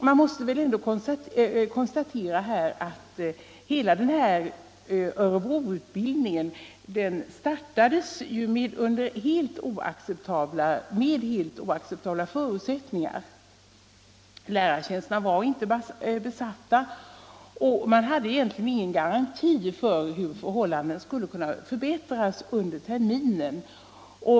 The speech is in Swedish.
Man måste väl ändå konstatera att Örebroutbildningen startades med helt oacceptabla förutsättningar. Lärartjänsterna var inte besatta och man hade egentligen ingen garanti för hur förhållandena skulle kunna förbättras under terminen.